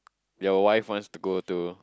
your wife wants to go to